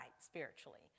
spiritually